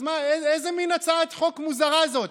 אז מה, איזה מין הצעת חוק מוזרה זאת?